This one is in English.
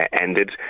ended